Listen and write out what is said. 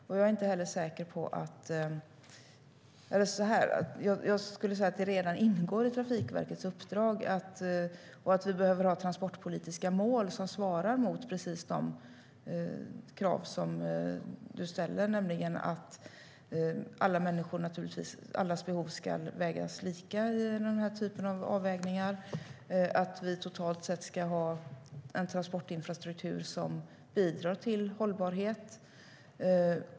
Det ingår redan i Trafikverkets uppdrag. Vi behöver ha transportpolitiska mål som svarar mot precis de krav som Emma Wallrup ställer. Alla människors behov ska vägas lika i den här typen av avvägningar, och vi ska totalt sett ha en transportinfrastruktur som bidrar till hållbarhet.